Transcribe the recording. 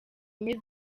enye